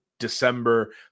December